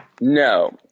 No